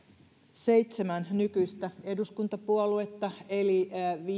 seitsemän nykyistä eduskuntapuoluetta eli